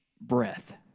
breath